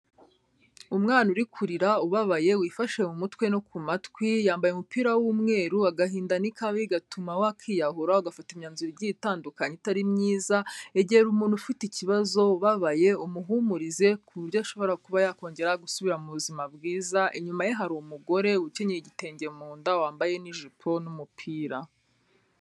Umwana uri kurira ubabaye wifashe mu mutwe no ku matwi, yambaye umupira w'umweru, agahinda ni kabi gatuma wakiyahura ugafata imyanzuro igiye itandukanye itari myiza, egera umuntu ufite ikibazo ubabaye, umuhumurize ku buryo ashobora kuba yakongera gusubira mu buzima bwiza, inyuma ye hari umugore ukenyeye igitenge mu nda wambaye n'ijipo n'umupira.